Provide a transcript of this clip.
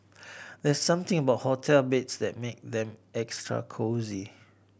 there's something about hotel beds that makes them extra cosy